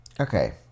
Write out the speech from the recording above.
Okay